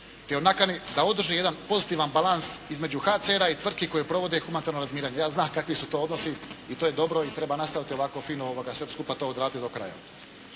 i o nakani da održi jedan pozitivan balans između HCR-a i tvrtki koje provode humanitarno razminiranje. Ja znam kakvi su to odnosi i to je dobro i treba nastaviti ovako fino sve skupa to odraditi do kraja.